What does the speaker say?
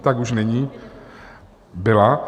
Tak už není, byla.